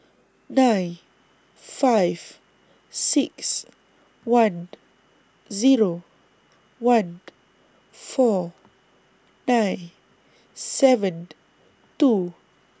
nine five six one Zero one four nine seven two